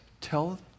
Tell